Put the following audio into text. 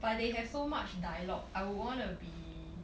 but they have so much dialogue I would want to be